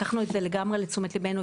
לקחנו את זה לגמרי לתשומת ליבנו,